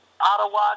Ottawa